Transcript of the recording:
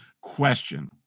question